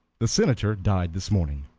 the senator died this morning.